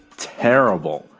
terrible,